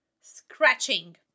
scratching